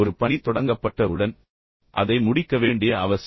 ஒரு பணி தொடங்கப்பட்டவுடன் அதை முடிக்க வேண்டிய அவசியம்